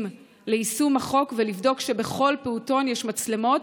ליישום החוק ולבדוק שבכל פעוטון יש מצלמות,